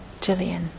Jillian